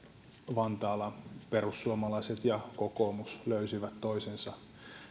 vantaalla perussuomalaiset ja kokoomus löysivät toisensa